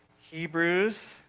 Hebrews